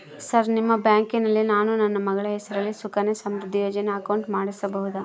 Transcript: Sir ನಿಮ್ಮ ಬ್ಯಾಂಕಿನಲ್ಲಿ ನಾನು ನನ್ನ ಮಗಳ ಹೆಸರಲ್ಲಿ ಸುಕನ್ಯಾ ಸಮೃದ್ಧಿ ಯೋಜನೆ ಅಕೌಂಟ್ ಮಾಡಿಸಬಹುದಾ?